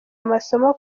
amasomo